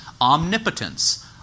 omnipotence